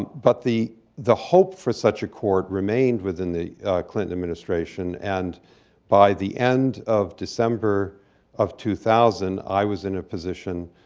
but the the hope for such a court remained within the clinton administration, and by the end of december of two thousand i was in a position,